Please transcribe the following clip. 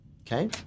Okay